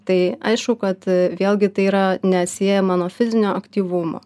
tai aišku kad vėlgi tai yra neatsiejama nuo fizinio aktyvumo